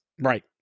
Right